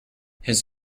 his